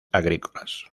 agrícolas